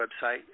website